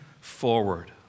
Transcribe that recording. forward